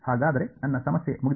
ಹಾಗಾದರೆ ನನ್ನ ಸಮಸ್ಯೆ ಮುಗಿದಿದೆಯೇ